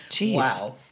Wow